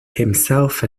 himself